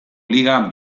liga